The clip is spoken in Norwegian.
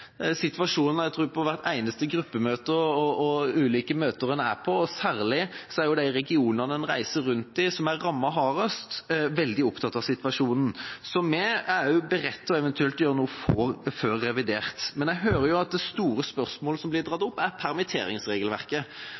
situasjonen på hvert eneste gruppemøte, tror jeg, og på andre møter en er på, og det er særlig i de regionene som vi reiser rundt i, og som er hardest rammet, at folk er veldig opptatt av situasjonen, så vi er beredt til eventuelt å gjøre noe også før revidert. Jeg hører at det store spørsmålet som blir tatt opp, er permitteringsregelverket,